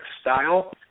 style